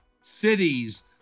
cities